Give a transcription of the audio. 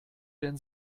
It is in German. denn